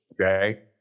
Okay